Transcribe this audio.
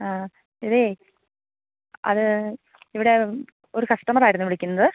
ആ ഇതെ അത് ഇവിടെ ഒരു കസ്റ്റമർ ആയിരുന്നു വിളിക്കുന്നത്